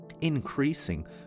increasing